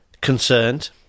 concerned